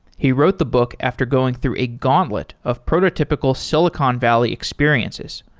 he wrote the book after going through a gauntlet of prototypical silicon valley experiences.